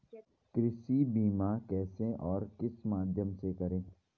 कृषि बीमा कैसे और किस माध्यम से करें?